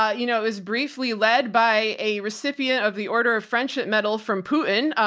ah you know, it was briefly led by a recipient of the order of friendship medal from putin,